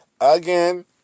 again